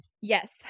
Yes